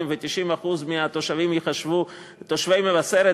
ו-90% מהתושבים ייחשבו תושבי מבשרת,